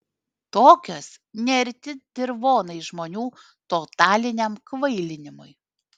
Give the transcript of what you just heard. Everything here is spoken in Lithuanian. tokios pisulkos nearti dirvonai žmonių totaliniam kvailinimui